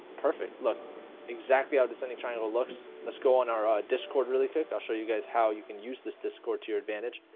perfect look exactly how descending triangle looks. let's go on our ah discord really thick i'll show you guys how you can use this discord to your advantage,